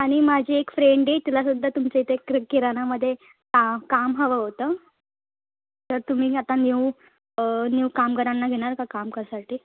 आणि माझी एक फ्रेंडे तिलासुद्धा तुमच्या इथे क्रि किराणामध्ये का काम हवं होतं तर तुम्ही आता न्यू न्यू कामगाराना घेणार का काम करासाठी